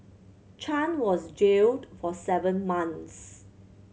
Chan was jailed for seven months